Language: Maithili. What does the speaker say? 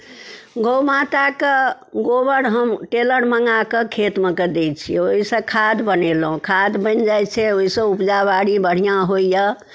गउ माताके गोबर हम ट्रेलर मँगाकऽ खेतमे दै छिए ओहिसँ खाद बनेलहुँ खाद बनि जाइ छै ओहिसँ उपजाबाड़ी बढ़िआँ होइए